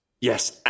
Yes